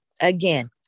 Again